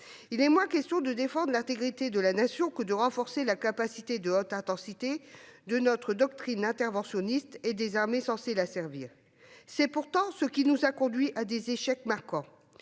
Il est moins question de défendre l'intégrité de la Nation que de renforcer la capacité de haute intensité de notre doctrine interventionniste et des armées censées la servir. C'est pourtant ce qui nous a conduits à des échecs marquants,